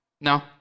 No